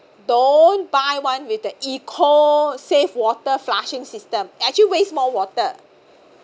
don't buy one with the eco save water flushing system actually waste more water